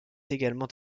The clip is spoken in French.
également